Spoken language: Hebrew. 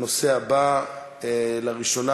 הנושא הבא הוא הצעות לסדר-היום בנושא: לראשונה